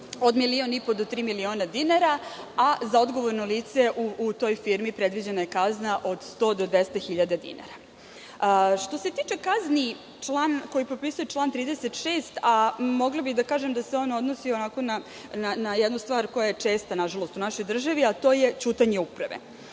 od milion i po do tri miliona dinara, a za odgovorno lice u toj firmi predviđena je kazna od 100 do 200 hiljada dinara. Što se tiče kazni koje propisuje član 36, a mogla bih da kažem da se odnosi na jednu stvar koja je česta, nažalost, u našoj državi, a to je ćutanje uprave.